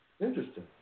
Interesting